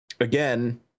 again